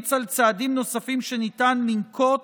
וימליץ על צעדים נוספים שניתן לנקוט